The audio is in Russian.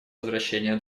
возвращения